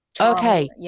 Okay